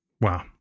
wow